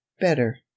better